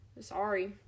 Sorry